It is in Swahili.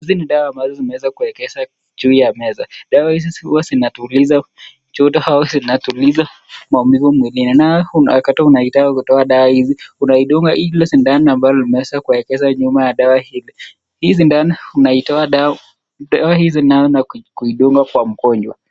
Hizi ni dawa ambazo zimeweza kuegezwa juu ya meza ,dawa hizi zikiwa zinatuliza joto au zinatuliza maumivu mwilini, nayo huu dawa kutoa dawa hizi unaidunga hilo sindano amalo limeweza kuegezwa nyuma ya dawa hili. Hii sindano unatoa dawa, Sawa hili na kuidunga Kwa mgonjwa.